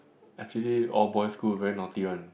actually all boy school very naughty one